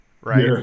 Right